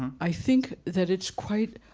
i think that it's quite